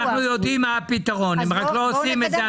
אנחנו יודעים מה הפתרון, אלא שהם לא עושים את זה.